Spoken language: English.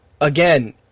again